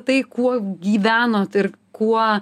tai kuo gyvenot ir kuo